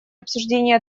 обсуждение